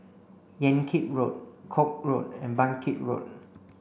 Yan Kit Road Koek Road and Bangkit Road